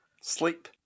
Sleep